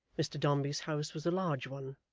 mr dombey's house was a large one,